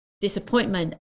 disappointment